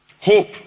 hope